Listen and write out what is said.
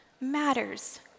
matters